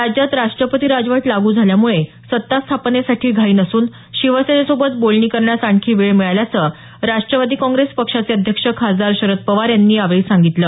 राज्यात राष्ट्रपती राजवट लागू झाल्यामुळे सत्ता स्थापनेसाठी घाई नसून शिवसेनेसोबत बोलणी करण्यास आणखी वेळ मिळाल्याचं राष्ट्रवादी काँग्रेस पक्षाचे अध्यक्ष खासदार शरद पवार यांनी यावेळी सागितलं